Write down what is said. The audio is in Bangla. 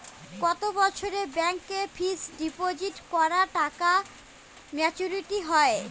কত বছরে ব্যাংক এ ফিক্সড ডিপোজিট করা টাকা মেচুউরিটি হয়?